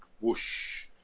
whoosh